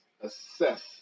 assess